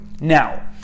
now